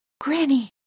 Granny